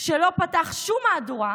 שלא פתח שום מהדורה,